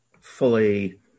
fully